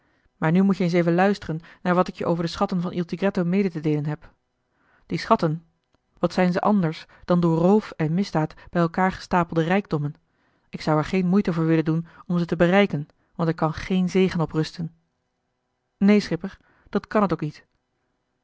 maar nu moet-je eens even luisteren naar wat ik je over de schatten van il tigretto mede te deelen heb die schatten wat zijn ze anders dan door roof en misdaad bij elkaar gestapelde rijkdommen ik zou er geen moeite voor willen doen om ze te bereiken want er kan geen zegen op rusten neen schipper dat kan het ook niet